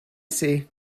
see